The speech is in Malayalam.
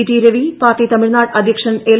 ടി രവി പാർട്ടി തമിഴ്നാട് അധ്യക്ഷൻ എൽ